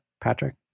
Patrick